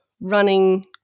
running